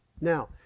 Now